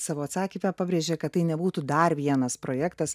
savo atsakyme pabrėžė kad tai nebūtų dar vienas projektas